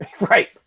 Right